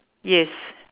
yes